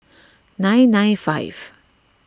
nine nine five